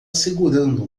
segurando